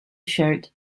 shirt